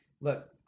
look